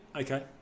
Okay